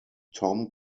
tom